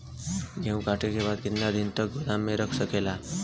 गेहूँ कांटे के बाद कितना दिन तक गोदाम में रह सकेला?